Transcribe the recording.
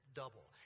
double